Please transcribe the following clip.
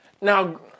now